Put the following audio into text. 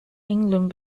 england